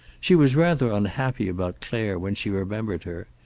she was rather unhappy about clare, when she remembered her.